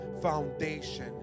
foundation